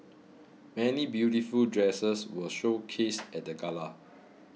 many beautiful dresses were showcased at the gala